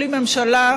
בלי ממשלה,